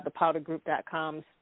thepowdergroup.com's